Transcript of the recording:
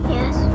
Yes